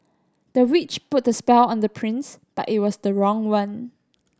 the witch put a spell on the prince but it was the wrong one